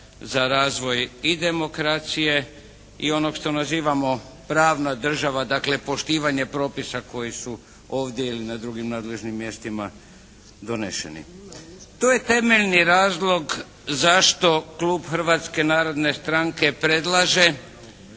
za razvoj i demokracije i onog što nazivamo pravna država. Dakle, poštivanje propisa koji su ovdje ili na drugim nadležnim mjestima doneseni. To je temeljni razlog zašto klub Hrvatske narodne stranke predlaže